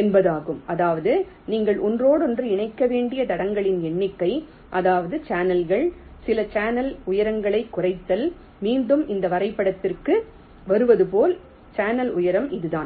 என்பதாகும் அதாவது நீங்கள் ஒன்றோடொன்று இணைக்க வேண்டிய தடங்களின் எண்ணிக்கை அதாவது சேனல்கள் சில சேனல் உயரங்களைக் குறைத்தல் மீண்டும் இந்த வரைபடத்திற்கு வருவது போல சேனல் உயரம் இதுதான்